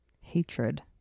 hatred